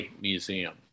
Museum